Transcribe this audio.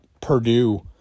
Purdue